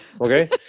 Okay